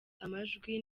amajwi